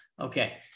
Okay